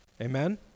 Amen